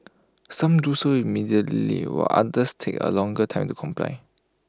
some do so immediately while others take A longer time to comply